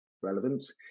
relevance